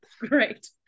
great